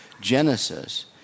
Genesis